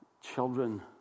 children